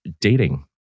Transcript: dating